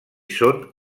són